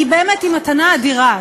באמת, היא מתנה אדירה.